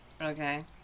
Okay